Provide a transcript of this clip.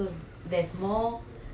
more recipe